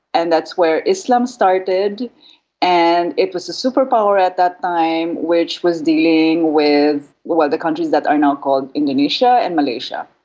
and that's where islam started and it was a superpower at that time which was dealing with the countries that are now called indonesia and malaysia.